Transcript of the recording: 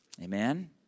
Amen